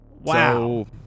wow